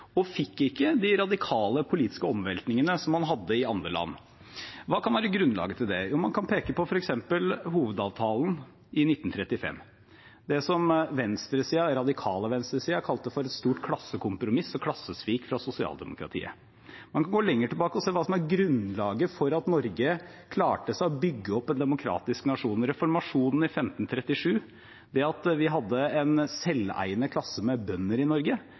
og fikk ikke de radikale politiske omveltningene som man hadde i andre land. Hva kan være grunnlaget for det? Jo, man kan peke på f.eks. hovedavtalen i 1935 – det som den radikale venstresiden kalte for et stort klassekompromiss og et klassesvik fra sosialdemokratiet. Man kan gå lenger tilbake og se hva som er grunnlaget for at Norge klarte å bygge opp en demokratisk nasjon – reformasjonen i 1537 og det at vi hadde en selveiende klasse med bønder i Norge.